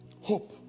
hope